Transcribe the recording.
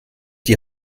die